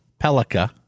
Pelika